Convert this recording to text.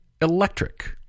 electric